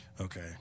Okay